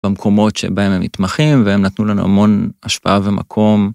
במקומות שבהם הם מתמחים, והם נתנו לנו המון השפעה ומקום.